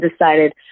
decided